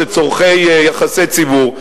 לצורכי יחסי ציבור.